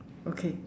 okay